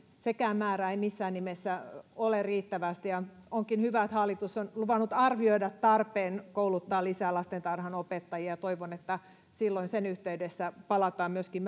sekään määrä ei missään nimessä ole riittävästi ja onkin hyvä että hallitus on luvannut arvioida tarpeen kouluttaa lisää lastentarhanopettajia toivon että silloin siinä yhteydessä palataan myöskin